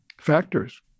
factors